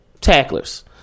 Tacklers